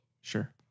Sure